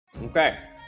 Okay